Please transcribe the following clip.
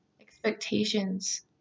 expectations